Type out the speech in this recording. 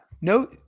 No